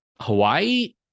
hawaii